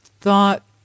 thought